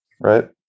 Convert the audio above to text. right